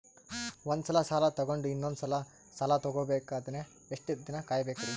ಒಂದ್ಸಲ ಸಾಲ ತಗೊಂಡು ಇನ್ನೊಂದ್ ಸಲ ಸಾಲ ತಗೊಬೇಕಂದ್ರೆ ಎಷ್ಟ್ ದಿನ ಕಾಯ್ಬೇಕ್ರಿ?